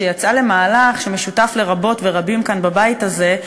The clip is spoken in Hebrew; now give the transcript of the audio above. שיצאה למהלך שמשותף לרבות ורבים כאן בבית הזה,